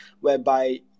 whereby